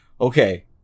okay